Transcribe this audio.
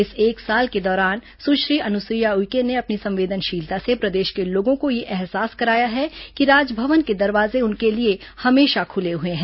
इस एक साल के दौरान सुश्री अनुसुईया उइके ने अपनी संवेदनशीलता से प्रदेश के लोगों को यह अहसास कराया है कि राजभवन के दरवाजे उनके लिए हमेशा खेले हुए हैं